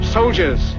Soldiers